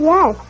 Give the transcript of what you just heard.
Yes